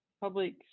public